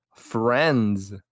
Friends